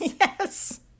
Yes